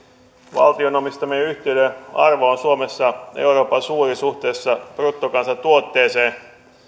valtion omistamien yhtiöiden arvo on suomessa euroopan suurin suhteessa bruttokansantuotteeseen